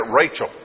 Rachel